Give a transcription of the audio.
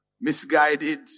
misguided